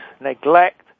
neglect